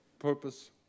purpose